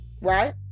right